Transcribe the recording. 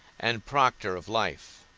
and proctor of life